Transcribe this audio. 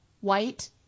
white